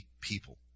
people